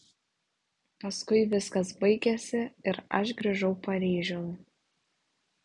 paskui viskas baigėsi ir aš grįžau paryžiun